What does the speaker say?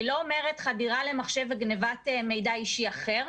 אני לא אומרת חדירה למחשב וגניבת מידע אישי אחר,